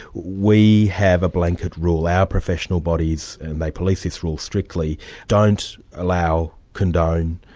we have a blanket rule, our professional bodies and they police this rule strictly don't allow, condone,